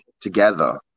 together